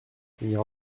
tenir